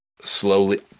slowly